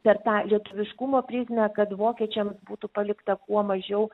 per tą lietuviškumo prizmę kad vokiečiams būtų palikta kuo mažiau